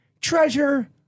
treasure